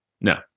No